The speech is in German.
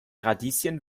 radieschen